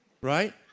right